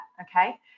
okay